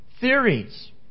theories